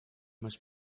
must